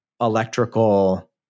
electrical